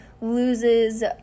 loses